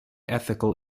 ethical